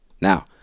Now